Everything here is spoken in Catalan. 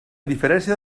diferència